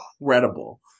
incredible